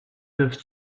neuf